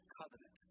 covenant